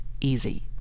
easy